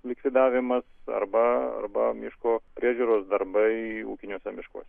likvidavimas arba arba miško priežiūros darbai ūkiniuose miškuose